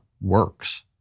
works